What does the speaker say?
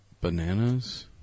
Bananas